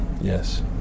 Yes